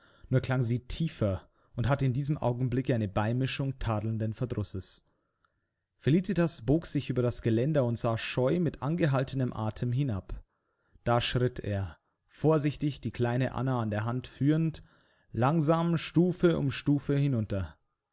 nur klang sie tiefer und hatte in diesem augenblicke eine beimischung tadelnden verdrusses felicitas bog sich über das geländer und sah scheu mit angehaltenem atem hinab da schritt er vorsichtig die kleine anna an der hand führend langsam stufe um stufe hinunter